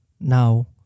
Now